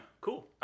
cool